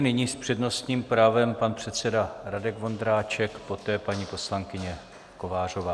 Nyní s přednostním právem pan předseda Radek Vondráček, poté paní poslankyně Kovářová.